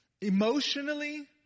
emotionally